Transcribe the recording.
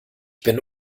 bin